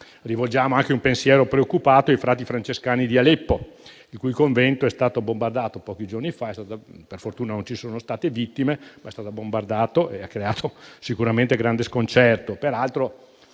Rivolgiamo anche un pensiero preoccupato ai frati francescani di Aleppo, il cui convento è stato bombardato pochi giorni fa. Per fortuna non ci sono state vittime, ma è stato bombardato e ha creato sicuramente grande sconcerto.